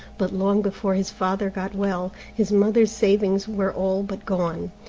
but long before his father got well, his mother's savings were all but gone.